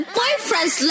boyfriends